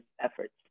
efforts